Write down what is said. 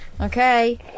okay